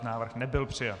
Návrh nebyl přijat.